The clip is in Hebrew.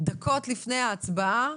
דקות לפני ההצבעה,